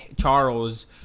Charles